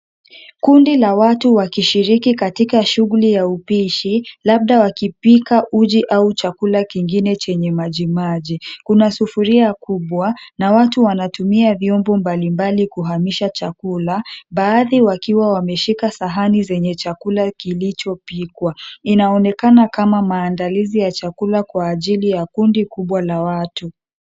Kundi la watu wakishiriki katika shughuli ya upishi labda wakipika uji au chakula kingine chenye maji maji. Kuna sufuria kubwa na watu wanatumia vyombo mbali mbali kuhamisha chakula, baadhi wakiwa wameshika sahani zenye chakula kilicho pikwa. Inaonekana kama maandalizi ya chakula kwa ajili ya kundi kubwa la watu.